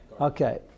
Okay